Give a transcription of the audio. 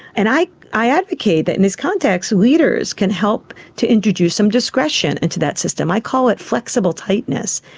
and i i advocate that in this context leaders can help to introduce some discretion into that system. i call it flexible tightness.